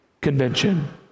Convention